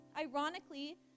ironically